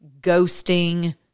ghosting